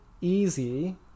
easy